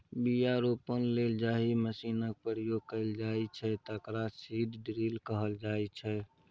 बीया रोपय लेल जाहि मशीनक प्रयोग कएल जाइ छै तकरा सीड ड्रील कहल जाइ छै